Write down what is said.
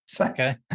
Okay